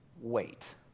wait